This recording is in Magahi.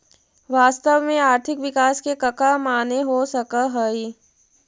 वास्तव में आर्थिक विकास के कका माने हो सकऽ हइ?